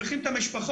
מדיחים את המשפחות,